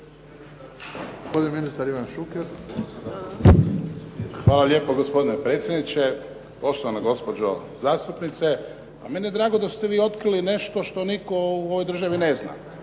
Hvala lijepo. Gospodine predsjedniče. Poštovana gospođo zastupnice, meni je drago da ste vi otkrili nešto što nitko u ovoj državi ne zna,